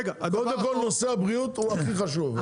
קודם כל נושא הבריאות הוא הכי חשוב.